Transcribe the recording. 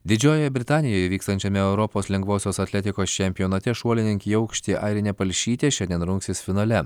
didžiojoje britanijoje vykstančiame europos lengvosios atletikos čempionate šuolininkė į aukštį airinė palšytė šiandien rungsis finale